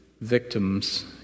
victims